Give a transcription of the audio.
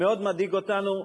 מאוד מדאיג אותנו.